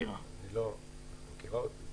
אני לא מזלזל.